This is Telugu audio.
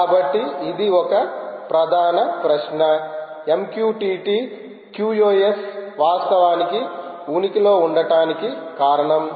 కాబట్టి ఇది ఒక ప్రధాన ప్రశ్న MQTT QoS వాస్తవానికి ఉనికిలో ఉండటానికి కారణం